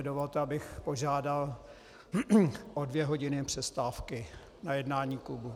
Dovolte mi, abych požádal o dvě hodiny přestávky na jednání klubu.